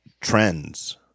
trends